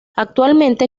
actualmente